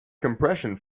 compression